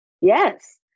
Yes